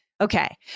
Okay